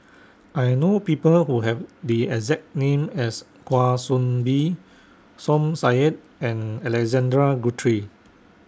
I know People Who Have The exact name as Kwa Soon Bee Som Said and Alexander Guthrie